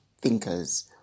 thinkers